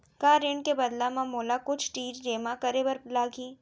का ऋण के बदला म मोला कुछ चीज जेमा करे बर लागही?